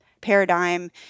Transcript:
paradigm